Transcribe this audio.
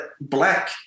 black